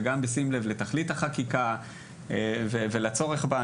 וגם בשים לב לתכלית החקיקה ולצורך בה,